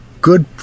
good